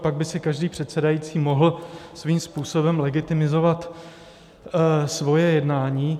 Pak by si každý předsedající mohl svým způsobem legitimizovat svoje jednání.